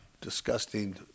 Disgusting